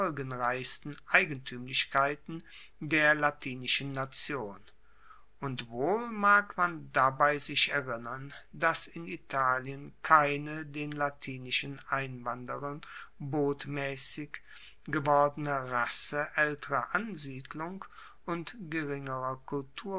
folgenreichsten eigentuemlichkeiten der latinischen nation und wohl mag man dabei sich erinnern dass in italien keine den latinischen einwanderern botmaessig gewordene rasse aelterer ansiedlung und geringerer